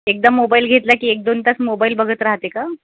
एकदा मोबाईल घेतला की एक दोन तास मोबाईल बघत राहते का